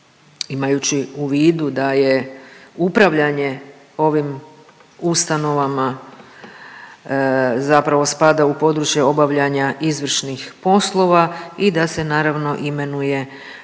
imajući u vidu da je upravljanje ovim ustanovama zapravo spada u područje obavljanja izvršnih poslova i da se naravno imenuje na